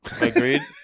agreed